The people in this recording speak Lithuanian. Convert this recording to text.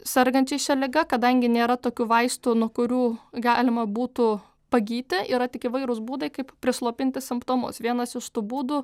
sergančiais šia liga kadangi nėra tokių vaistų nuo kurių galima būtų pagyti yra tik įvairūs būdai kaip prislopinti simptomus vienas iš tų būdų